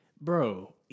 bro